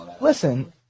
listen